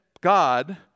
God